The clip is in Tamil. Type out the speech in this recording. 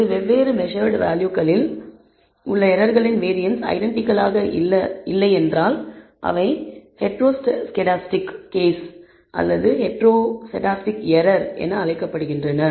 அல்லது வெவ்வேறு மெஸர்ட் வேல்யூகளில் உள்ள எரர்களின் வேரியன்ஸ் ஐடெண்டிகல் ஆக இல்லையென்றால் அவை ஹீட்டோரோசெஸ்டாஸ்டிக் கேஸ் அல்லது ஹீட்டோரோசெஸ்டாஸ்டிக் எரர் என அழைக்கப்படுகின்றன